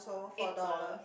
eight dollars